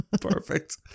Perfect